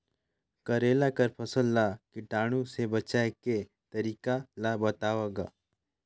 करेला कर फसल ल कीटाणु से बचाय के तरीका ला बताव ग?